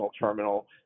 terminal